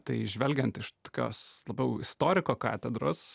tai žvelgiant iš tokios labiau istoriko katedros